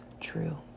true